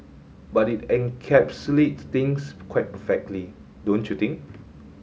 but it encapsulates things quite perfectly don't you think